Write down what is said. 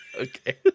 okay